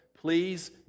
Please